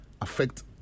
affect